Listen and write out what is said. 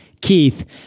Keith